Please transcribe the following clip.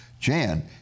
Jan